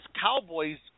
Cowboys